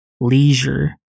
leisure